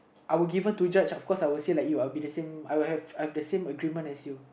I were given to judge of course I would say like you I will be the same I would have I would have the same agreement as you